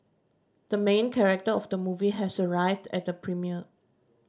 the main character of the movie has arrived at the premiere